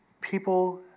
people